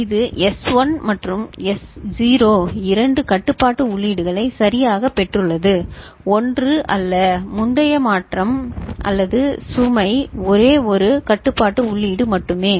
இது S1 மற்றும் S0 இரண்டு கட்டுப்பாட்டு உள்ளீடுகளை சரியாகப் பெற்றுள்ளது ஒன்று அல்ல முந்தைய மாற்றம் சுமை ஒரே ஒரு கட்டுப்பாட்டு உள்ளீடு மட்டுமே